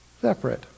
separate